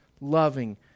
loving